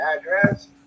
address